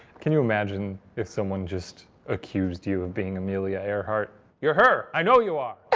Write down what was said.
can you imagine if someone just accused you of being amelia earhart? you're her, i know you are!